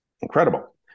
incredible